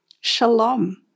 Shalom